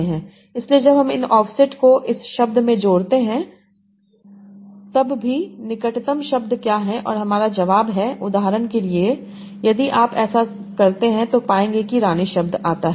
इसलिए जब हम इन ऑफसेट को इस शब्द में जोड़ते हैं तब भी निकटतम शब्द क्या है और हमारा जवाब है उदाहरण के लिए यदि आप यहां ऐसा करते हैं तो पाएंगे कि रानी शब्द आता है